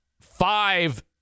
five